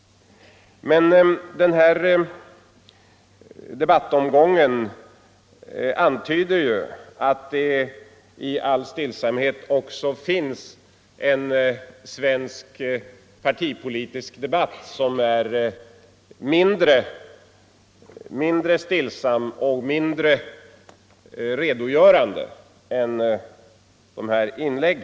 Men denna debattomgång antyder också att det finns en svensk partipolitisk debatt som är mindre stillsam och mindre redogörande än dessa inlägg.